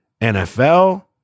NFL